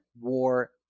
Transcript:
war